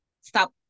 stop